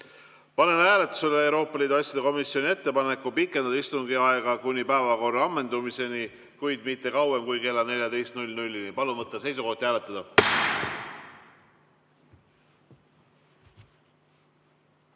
Panen hääletusele Euroopa Liidu asjade komisjoni ettepaneku pikendada istungi aega kuni päevakorra ammendumiseni, kuid mitte kauem kui kella 14-ni. Palun võtta seisukoht ja hääletada!